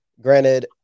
Granted